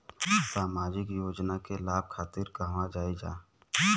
सामाजिक योजना के लाभ खातिर कहवा जाई जा?